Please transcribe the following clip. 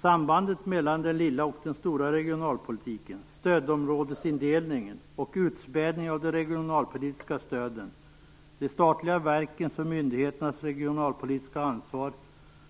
Sambandet mellan den "lilla" och den "stora" regionalpolitiken, stödområdesindelningen och utspädningen av de regionalpolitiska stöden, de statliga verkens och myndigheternas ansvar